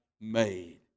made